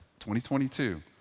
2022